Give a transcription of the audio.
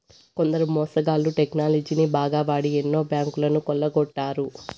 కొందరు మోసగాళ్ళు టెక్నాలజీని బాగా వాడి ఎన్నో బ్యాంకులను కొల్లగొట్టారు